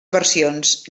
versions